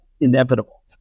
inevitable